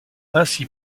ainsi